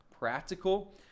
Practical